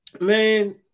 man